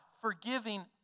forgiving